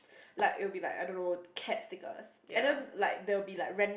like it'll be like I don't know cats stickers and then like there'l be like ran~